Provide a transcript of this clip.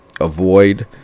avoid